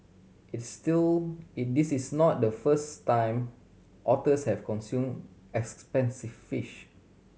its still is this is not the first time otters have consumed expensive fish